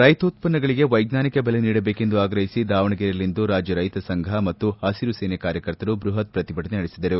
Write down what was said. ರೈಕೋತ್ತನ್ನಗಳಿಗೆ ವೈಜ್ವಾನಿಕ ಬೆಲೆ ನೀಡಬೇಕೆಂದು ಆಗ್ರಹಿಸಿ ದಾವಣಗೆರೆಯಲ್ಲಿಂದು ರಾಜ್ಯ ರೈತ ಸಂಘ ಮತ್ತು ಹಸಿರು ಸೇನೆ ಕಾರ್ಯಕರ್ತರು ಬೃಹತ್ ಪ್ರತಿಭಟನೆ ನಡೆಸಿದರು